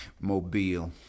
Mobile